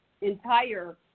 entire